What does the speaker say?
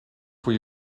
voor